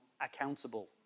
accountable